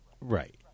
Right